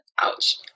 Ouch